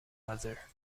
other